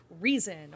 reason